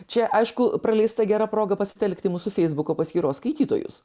čia aišku praleista gera proga pasitelkti mūsų feisbuko paskyros skaitytojus